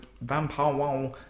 Vampire